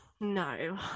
No